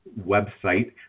website